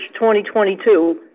2022